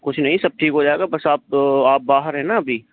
कुछ नहीं सब ठीक हो जाएगा बस आप आप बाहर हैं ना अभी